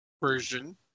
version